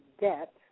debt